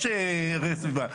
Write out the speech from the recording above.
ערך סביבה.